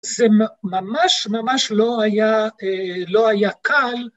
‫זה ממש, ממש לא היה, לא היה קל.